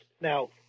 Now